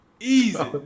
Easy